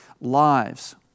lives